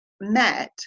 met